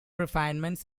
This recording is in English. refinements